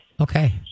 Okay